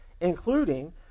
including